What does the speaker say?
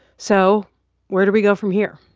so where do we go from here?